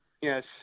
yes